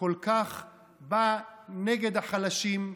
שכל כך בא נגד החלשים,